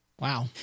Wow